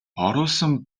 оруулсан